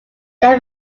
they